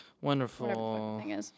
Wonderful